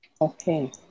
Okay